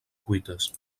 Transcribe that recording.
cuites